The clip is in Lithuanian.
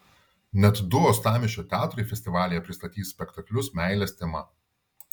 net du uostamiesčio teatrai festivalyje pristatys spektaklius meilės tema